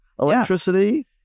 electricity